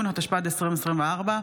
התשפ"ד 2024,